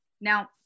Now